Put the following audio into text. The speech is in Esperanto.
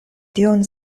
tion